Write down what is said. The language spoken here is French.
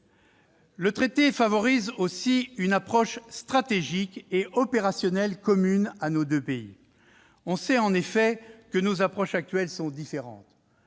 Le traité favorise aussi une approche stratégique et opérationnelle commune à nos deux pays. Nos approches actuelles sont différentes